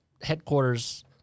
headquarters